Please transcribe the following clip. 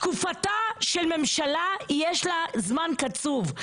תקופתה של ממשלה, יש לה זמן קצוב.